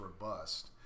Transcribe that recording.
robust